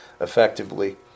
effectively